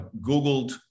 googled